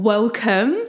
Welcome